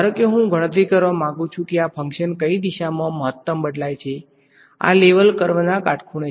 ધારો કે હું ગણતરી કરવા માંગુ છું કે આ ફંક્શન કઈ દિશામાં મહત્તમ બદલાય છે આ લેવલ કર્વના કાટખૂણે